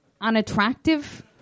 unattractive